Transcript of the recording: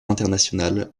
international